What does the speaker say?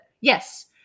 Yes